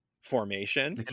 formation